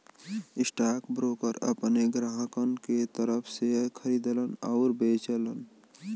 stockbroker अपने ग्राहकन के तरफ शेयर खरीदलन आउर बेचलन